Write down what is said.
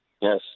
Yes